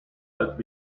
let